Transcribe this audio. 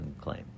claim